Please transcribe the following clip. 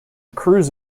cruise